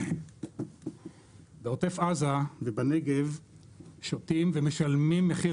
בעוטף עזה ובנגב שותים ומשלמים מחיר